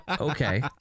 Okay